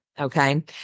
okay